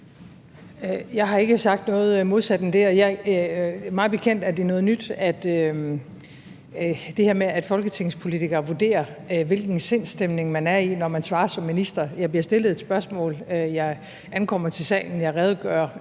Jeg har ikke sagt noget modsat. Og mig bekendt er det noget nyt, altså det her med, at folketingspolitikere vurderer, hvilken sindsstemning man er i, når man svarer som minister. Jeg bliver stillet et spørgsmål. Jeg ankommer til salen. Jeg redegjorde